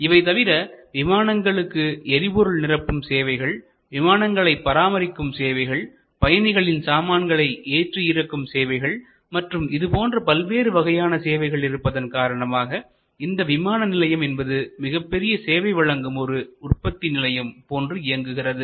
இவை தவிர விமானங்களுக்கு எரிபொருள் நிரப்பும் சேவைகள் விமானங்களை பராமரிக்கும் சேவைகள் பயணிகளின் சாமான்களை ஏற்றி இறக்கும் சேவைகள் மற்றும் இது போன்ற பல்வேறு வகையான சேவைகள் இருப்பதன் காரணமாக இந்த விமான நிலையம் என்பது மிகப்பெரிய சேவை வழங்கும் ஒரு உற்பத்தி நிலையம் போன்று இயங்குகிறது